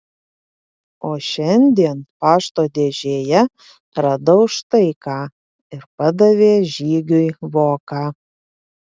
o šiandien pašto dėžėje radau štai ką ir padavė žygiui voką